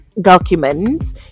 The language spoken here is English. documents